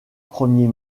premier